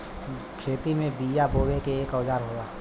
खेती में बिया बोये के एक औजार होला